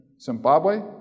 Zimbabwe